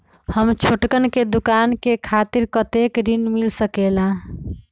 हम छोटकन दुकानदार के खातीर कतेक ऋण मिल सकेला?